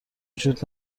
جود